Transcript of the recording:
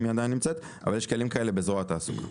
יש כלים כאלה בזרוע התעסוקה.